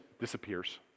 disappears